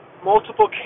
Multiple